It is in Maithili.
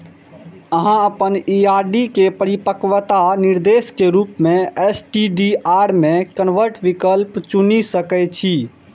अहां अपन ई आर.डी के परिपक्वता निर्देश के रूप मे एस.टी.डी.आर मे कन्वर्ट विकल्प चुनि सकै छी